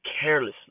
carelessly